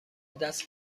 دست